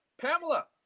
Pamela